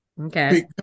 Okay